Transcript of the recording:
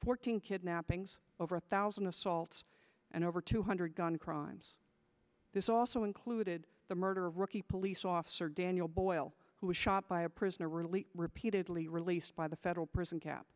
fourteen kidnappings over a thousand assaults and over two hundred gun crimes this also included the murder of rookie police officer daniel boyle who was shot by a prisoner release repeatedly released by the federal prison cap